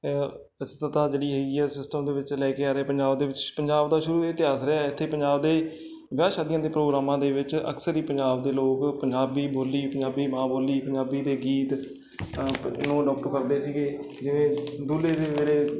ਜਿਹੜੀ ਹੈਗੀ ਆ ਸਿਸਟਮ ਦੇ ਵਿੱਚ ਲੈ ਕੇ ਆ ਰਹੇ ਪੰਜਾਬ ਦੇ ਵਿੱਚ ਪੰਜਾਬ ਦਾ ਸ਼ੁਰੂ ਇਹ ਇਤਿਹਾਸ ਰਿਹਾ ਇੱਥੇ ਪੰਜਾਬ ਦੇ ਵਿਆਹ ਸ਼ਾਦੀਆਂ ਦੇ ਪ੍ਰੋਗਰਾਮਾਂ ਦੇ ਵਿੱਚ ਅਕਸਰ ਹੀ ਪੰਜਾਬ ਦੇ ਲੋਕ ਪੰਜਾਬੀ ਬੋਲੀ ਪੰਜਾਬੀ ਮਾਂ ਬੋਲੀ ਪੰਜਾਬੀ ਦੇ ਗੀਤ ਇਹਨੂੰ ਕਰਦੇ ਸੀਗੇ ਜਿਵੇਂ ਦੂਲੇ ਦੇ ਜਿਹੜੇ